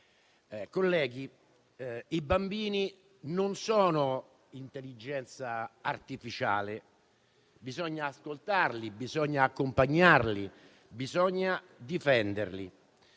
colleghi, i bambini non sono intelligenza artificiale, bisogna ascoltarli, accompagnarli e difenderli.